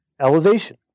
elevation